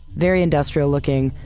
very industrial looking,